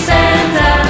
Santa